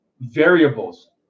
variables